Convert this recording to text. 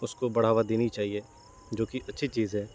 اس کو بڑھاوا دینی چاہیے جو کہ اچھی چیز ہے